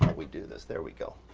we do this, there we go,